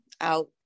out